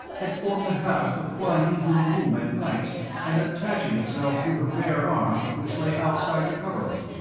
had formed the habit of flying into her room at night and attaching itself to her bare arm which lay outside the coverlet.